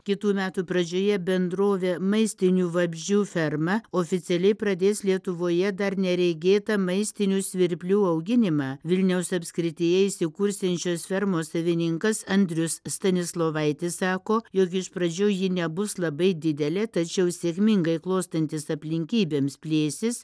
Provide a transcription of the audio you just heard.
kitų metų pradžioje bendrovė maistinių vabzdžių ferma oficialiai pradės lietuvoje dar neregėtą maistinių svirplių auginimą vilniaus apskrityje įsikursiančios fermos savininkas andrius stanislovaitis sako jog iš pradžių ji nebus labai didelė tačiau sėkmingai klostantis aplinkybėms plėsis